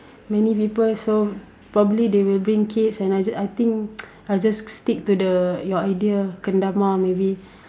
many people so probably they will bring kids and I just I think I'll just stick to the your idea kendama maybe